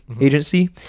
agency